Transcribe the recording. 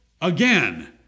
again